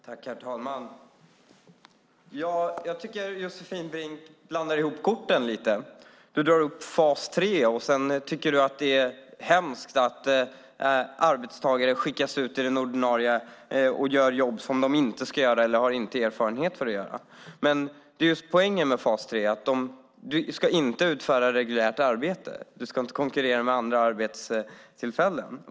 Herr talman! Jag tycker att Josefin Brink blandar ihop korten lite. Du drar upp fas 3, och sedan tycker du att det är hemskt att arbetstagare skickas ut för att göra jobb som de inte ska göra eller som de inte har erfarenhet för att göra. Men poängen med fas 3 är just att man inte ska utföra reguljärt arbete. Man ska inte konkurrera med andra arbetstillfällen.